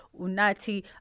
Unati